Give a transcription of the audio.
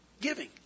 giving